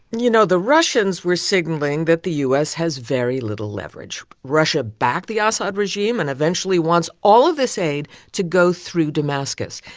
you know, the russians were signaling that the u s. has very little leverage. russia backed the ah assad regime and eventually wants all of this aid to go through damascus.